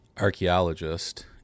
archaeologist